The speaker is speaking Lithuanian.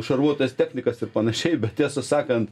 šarvuotas technikas ir panašiai bet tiesą sakant